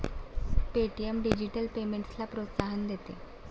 Paytm digital पेमेंट्सला प्रोत्साहन देते